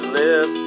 live